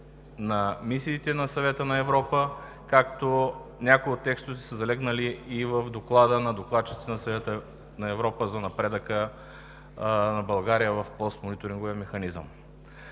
на мисиите на Съвета на Европа, а някои от текстовете са залегнали и в доклада на докладчиците на Съвета на Европа за напредъка на България в постмониторинговия механизъм.